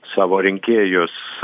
savo rinkėjus